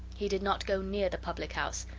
he did not go near the public-house,